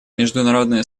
международное